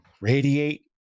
radiate